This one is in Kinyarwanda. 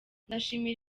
ndashimira